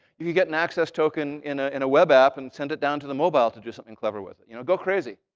you can get an access token in ah in a web app and send it down to the mobile to do something clever with it. you know go crazy.